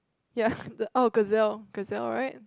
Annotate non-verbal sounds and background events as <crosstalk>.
ya <laughs> oh gazelle gazelle right